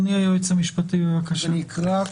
המשפטי, בבקשה.